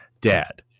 Dad